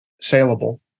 saleable